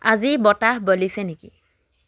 আজি বতাহ বলিছে নেকি